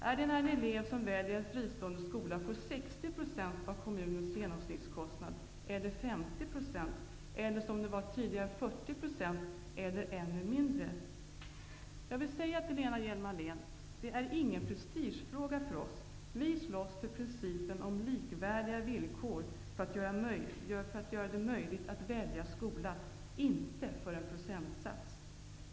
Är det när en elev som väljer en fristående skola får 60 % av kommunens genomsnittskostnad, är det vid 50 % eller som tidigare 40 %, eller är det ännu mindre? Jag vill säga till Lena Hjelm-Wallén att detta inte är någon prestigefråga för oss. Vi slåss för principen om likvärdiga villkor, för att göra det möjligt att välja skola, inte för en procentsats.